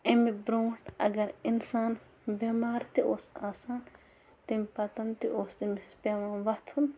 اَمہِ برٛونٛٹھ اگر اِنسان بٮ۪مار تہِ اوس آسان تَمہِ پَتہٕ تہِ اوس تٔمِس پٮ۪وان وۄتھُن